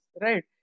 right